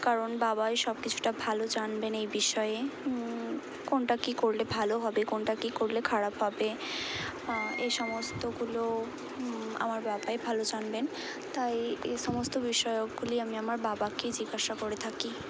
কারণ বাবাই সব কিছুটা ভালো জানবেন এই বিষয়ে কোনটা কী করলে ভালো হবে কোনটা কী করলে খারাপ হবে এই সমস্তগুলো আমার বাবাই ভালো জানবেন তাই এ সমস্ত বিষয়গুলি আমি আমার বাবাকেই জিজ্ঞাসা করে থাকি